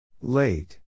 Late